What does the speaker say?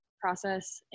process